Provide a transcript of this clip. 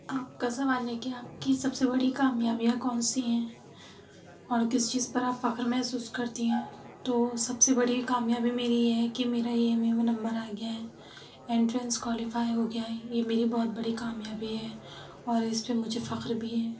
آپ کا سوال ہے کہ آپ کی سب سے بڑی کامیابیاں کون سی ہیں اور کس چیز پر آپ فخر محسوس کرتی ہیں تو سب سے بڑی کامیابی میری یہ ہے کہ میرا اے ایم یو میں نمبر آ گیا ہے انٹرینس کوالیفائی ہو گیا ہے یہ میری بہت بڑی کامیابی ہے اور اِس پہ مجھے فخر بھی ہے